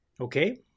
Okay